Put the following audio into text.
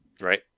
Right